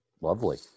Lovely